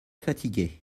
fatiguée